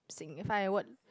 signify what